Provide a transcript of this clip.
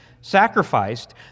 sacrificed